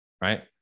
right